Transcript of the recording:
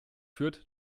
fürth